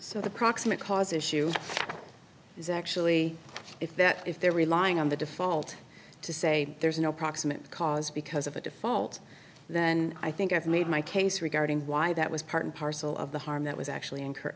so the proximate cause issue is actually if that if they're relying on the default to say there's no proximate cause because of a default then i think i've made my case regarding why that was part and parcel of the harm that was actually encour